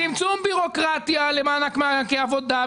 צמצום בירוקרטיה למען הענקת מענקי עבודה,